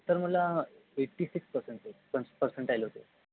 sir मला eighty six percent होते पर पर्सेन्टाइल होते